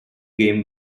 game